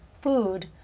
food